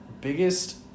biggest